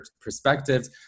perspectives